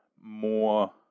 more